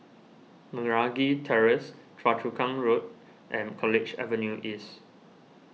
Meragi Terrace Choa Chu Kang Road and College Avenue East